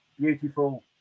beautiful